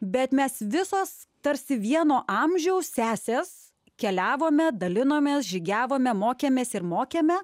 bet mes visos tarsi vieno amžiaus sesės keliavome dalinomės žygiavome mokėmės ir mokėme